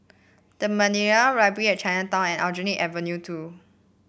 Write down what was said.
The Madeira Library at Chinatown and Aljunied Avenue Two